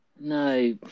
No